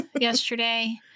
yesterday